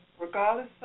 regardless